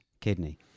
kidney